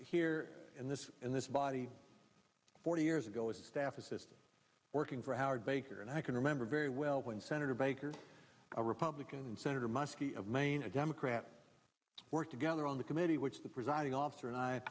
here in this in this body forty years ago a staff assist working for howard baker and i can remember very well when senator baker a republican senator muskie of maine a democrat worked together on the committee which the presiding officer and i